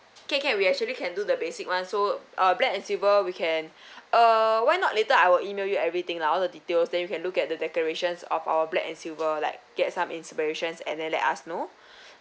can can we actually can do the basic one so uh black and silver we can uh why not later I will email you everything lah all the details then you can look at the decorations of our black and silver like get some inspirations and then let us know